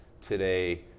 today